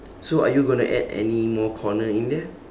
so are you gonna add any more corner in there